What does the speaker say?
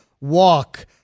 walk